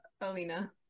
Alina